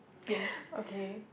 okay